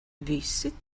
visi